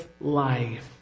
life